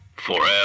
Forever